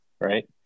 right